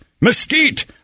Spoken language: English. mesquite